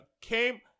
came